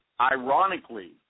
ironically